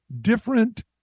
different